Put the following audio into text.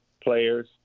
players